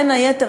בין היתר,